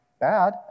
bad